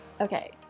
Okay